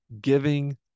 giving